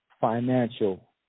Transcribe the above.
financial